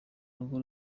rugo